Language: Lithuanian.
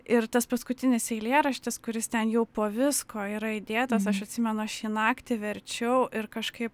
ir tas paskutinis eilėraštis kuris ten jau po visko yra įdėtas aš atsimenu aš jį naktį verčiau ir kažkaip